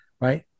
right